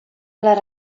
les